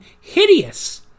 hideous